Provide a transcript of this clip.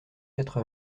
quatre